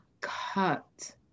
cut